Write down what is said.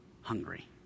hungry